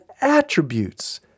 attributes